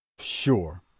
Sure